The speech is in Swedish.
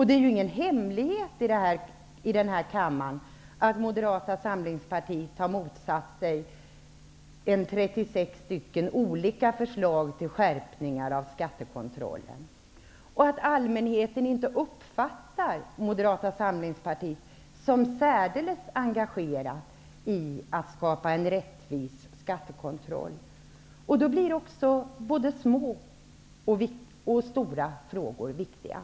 Det är ingen hemlighet i denna kammare att Moderata samlingspartiet har motsatt sig 36 olika förslag till skärpningar av skattekontrollen och att allmänheten inte uppfattar Moderata samlingspartiet som särdeles engagerat i att skapa en rättvis skattekontroll. Då blir både små och stora frågor viktiga.